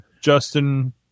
Justin